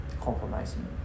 compromising